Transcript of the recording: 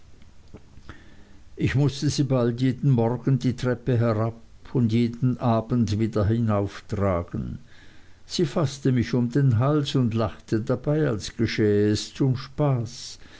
ich mußte sie bald jeden morgen die treppe herab und jeden abend wieder hinauf tragen sie faßte mich um den hals und lachte dabei als geschähe es zum spaß